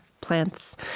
plants